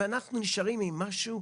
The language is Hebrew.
ואנחנו נשארים עם משהו,